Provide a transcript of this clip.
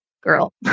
girl